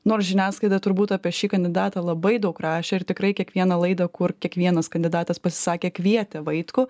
nors žiniasklaida turbūt apie šį kandidatą labai daug rašė ir tikrai kiekviena laida kur kiekvienas kandidatas pasisakė kvietė vaitkų